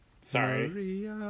Sorry